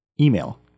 Email